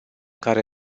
care